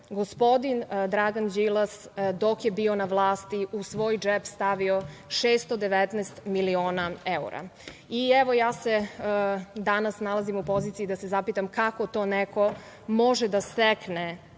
gospodin Dragan Đilas, dok je bio na vlasti u svoj džep stavio 619 miliona evra. Ja se evo danas nalazim u poziciji da se zapitam kako to neko može da stekne,